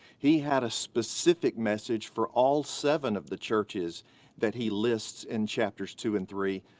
he had a specific message for all seven of the churches that he lists in chapters two and three,